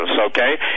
okay